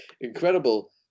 incredible